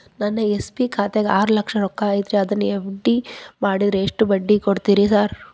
ನನ್ನ ಎಸ್.ಬಿ ಖಾತ್ಯಾಗ ಆರು ಲಕ್ಷ ರೊಕ್ಕ ಐತ್ರಿ ಅದನ್ನ ಎಫ್.ಡಿ ಮಾಡಿದ್ರ ಎಷ್ಟ ಬಡ್ಡಿ ಕೊಡ್ತೇರಿ ಸರ್?